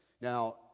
Now